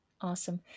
Awesome